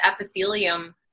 epithelium